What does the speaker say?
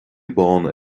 bána